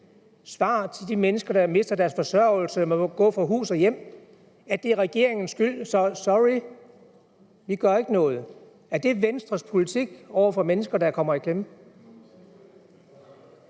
svar til de mennesker, der mister deres forsørgelse og må gå fra hus og hjem, at det er regeringens skyld, så – sorry – vi gør ikke noget? Er det Venstres politik over for mennesker, der kommer i klemme?